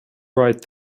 right